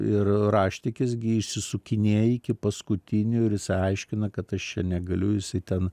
ir raštikis gi išsisukinėja iki paskutinių ir jisai aiškina kad aš čia negaliu jisai ten